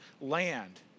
land